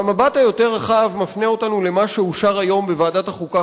והמבט היותר רחב מפנה אותנו למה שאושר היום בוועדת החוקה,